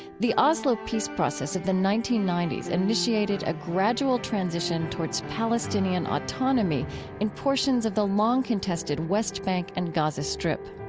the oslo peace process of the nineteen ninety s initiated a gradual transition towards palestinian autonomy in portions of the long-contested west bank and gaza strip.